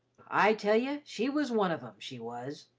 i tell ye, she was one of em, she was!